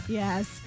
yes